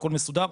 הכל מסודר,